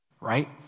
Right